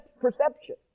perception